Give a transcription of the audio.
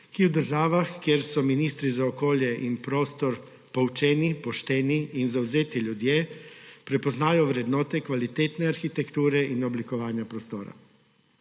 ki v državah, kjer so ministri za okolje in prostor poučeni, pošteni in zavzeti ljudje, prepoznajo vrednote kvalitetne arhitekture in oblikovanja prostora.